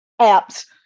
apps